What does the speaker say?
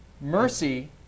mercy